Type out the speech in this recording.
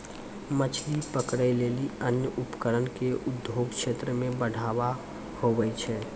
मछली पकड़ै लेली अन्य उपकरण से उद्योग क्षेत्र मे बढ़ावा हुवै छै